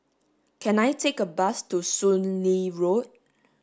can I take a bus to Soon Lee Road